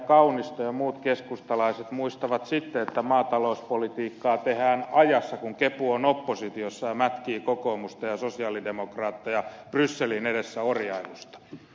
kaunisto ja muut keskustalaiset muistavat sitten että maatalouspolitiikkaa tehdään ajassa kun kepu on oppositiossa ja mätkii kokoomusta ja sosialidemokraatteja brysselin edessä orjailusta